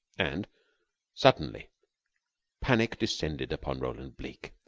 and suddenly panic descended upon roland bleke.